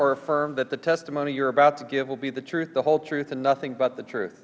affirm that the testimony you are about to give will be the truth the whole truth and nothing but the truth